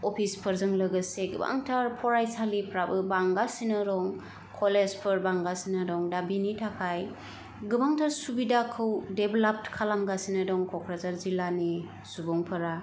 अफिसफोरजों लोगोसे गोबांथार फरायसालिफ्राबो बांगासिनो दं कलेजफोर बांगासिनो दं दा बिनि थाखाय गोबांथार सुबिदाखौ डेवेलाप खालामगासिनो दं ककराझार जिल्लानि सुबुंफोरा